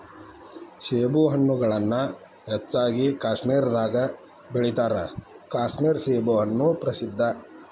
ಸೇಬುಹಣ್ಣುಗಳನ್ನಾ ಹೆಚ್ಚಾಗಿ ಕಾಶ್ಮೇರದಾಗ ಬೆಳಿತಾರ ಕಾಶ್ಮೇರ ಸೇಬುಹಣ್ಣು ಪ್ರಸಿದ್ಧ